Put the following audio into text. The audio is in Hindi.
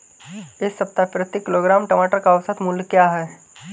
इस सप्ताह प्रति किलोग्राम टमाटर का औसत मूल्य क्या है?